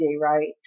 right